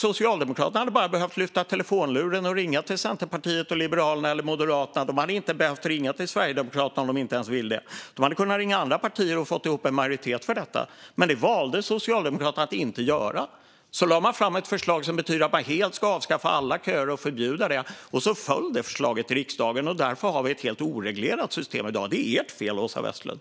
Socialdemokraterna hade bara behövt lyfta telefonluren och ringa till Centerpartiet och Liberalerna eller Moderaterna. De hade inte behövt ringa Sverigedemokraterna om de inte ville det. De hade kunnat ringa andra partier och få ihop en majoritet för detta. Men det valde Socialdemokraterna att inte göra. I stället lade man fram ett förslag som betyder att man helt ska avskaffa alla köer och förbjuda det, och det förslaget föll i riksdagen. Därför har vi ett helt oreglerat system i dag. Det är ert fel, Åsa Westlund.